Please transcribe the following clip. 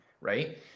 right